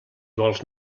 vols